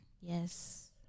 Yes